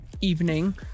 evening